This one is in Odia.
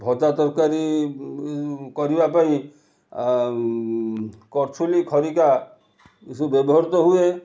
ଭଜା ତରକାରୀ କରିବା ପାଇଁ କରଛୁଲି ଖଡ଼ିକା ଏସବୁ ବ୍ୟବହୃତ ହୁଏ